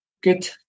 good